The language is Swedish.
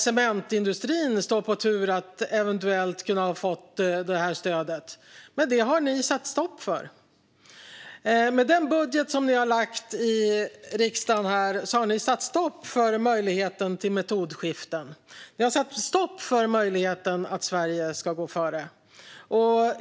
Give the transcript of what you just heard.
Cementindustrin står på tur att eventuellt kunna få det här stödet, men det har ni satt stopp för. Med den budget som ni har lagt fram i riksdagen har ni satt stopp för möjligheten till metodskiften. Ni har satt stopp för möjligheten för Sverige att gå före.